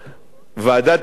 ועדת השרים,